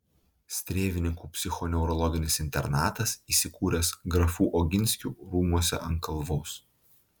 strėvininkų psichoneurologinis internatas įsikūręs grafų oginskių rūmuose ant kalvos